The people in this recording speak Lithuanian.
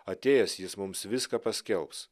atėjęs jis mums viską paskelbs